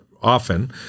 often